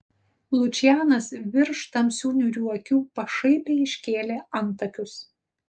lučianas virš tamsių niūrių akių pašaipiai iškėlė antakius